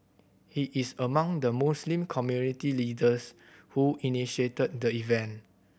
he is among the Muslim community leaders who initiated the event